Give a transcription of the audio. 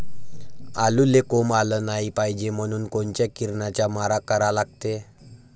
आलूले कोंब आलं नाई पायजे म्हनून कोनच्या किरनाचा मारा करा लागते?